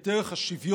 את ערך השוויון,